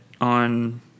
on